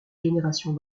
générations